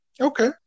Okay